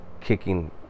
kicking